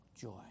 Joy